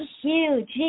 huge